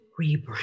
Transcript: rebrand